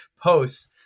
posts